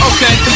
Okay